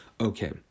okay